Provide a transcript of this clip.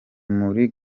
muri